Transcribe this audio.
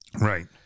Right